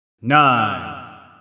Nine